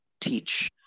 teach